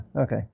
okay